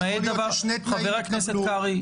או שני תנאים יתקבלו --- למעט דבר חבר הכנסת קרעי,